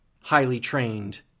highly-trained